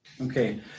Okay